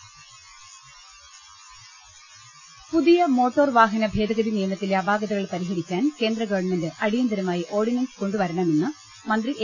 ങ്ങ ൽ ശ് ൽ ശ് ജ ൾ ൾ ൾ ൽ പുതിയ മോട്ടോർ വാഹന ഭേദഗതി നിയമത്തിലെ അപാകതകൾ പരിഹരിക്കാൻ കേന്ദ്രഗവർണമെന്റ് അടിയന്തിരമായി ഓർഡിനൻ സ് കൊണ്ടു വരണമെന്ന് മന്ത്രി എ